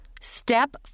Step